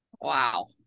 Wow